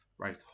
right